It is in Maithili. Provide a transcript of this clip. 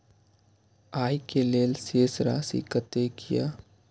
आय के लेल शेष राशि कतेक या?